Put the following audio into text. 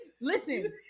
Listen